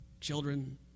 children